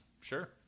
sure